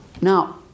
Now